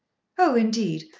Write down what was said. oh, indeed.